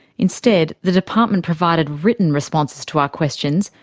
instead, the department provided written responses to our questions,